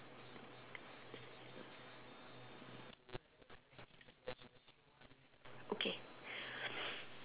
okay